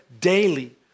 daily